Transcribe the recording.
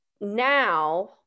now